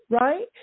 right